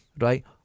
right